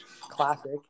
Classic